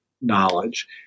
knowledge